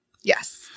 yes